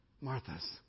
Marthas